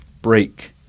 Break